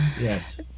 Yes